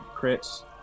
Crits